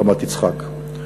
רמת-יצחק.